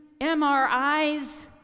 MRIs